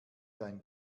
dein